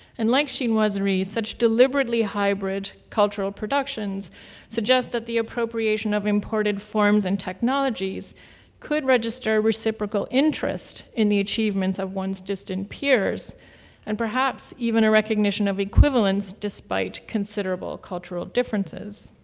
and like chinoiserie, such deliberately hybrid cultural productions suggests that the appropriation of imported forms and technologies could register reciprocal interest in the achievements of one's distant peers and perhaps even a recognition of equivalence despite considerable cultural differences.